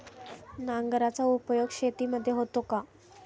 नांगराचा उपयोग शेतीमध्ये होतो का?